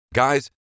Guys